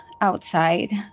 outside